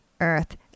earth